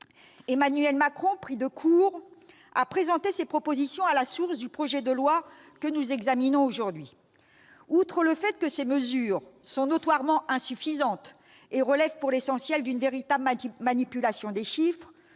Emmanuel Macron, pris de court, a présenté ses propositions à la source du projet de loi que nous examinons aujourd'hui. Outre le fait que ces mesures sont notoirement insuffisantes et relèvent, pour l'essentiel, d'une véritable manipulation des chiffres,